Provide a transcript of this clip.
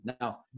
Now